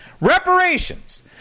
Reparations